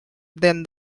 than